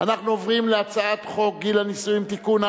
אני קובע שהצעת חוק גיל הנישואין (תיקון,